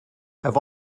have